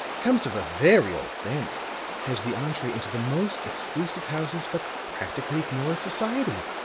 comes of a very old family has the entree into the most exclusive houses, but practically ignores society.